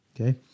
Okay